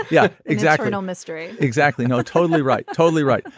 yeah exactly no mystery exactly no totally right. totally right.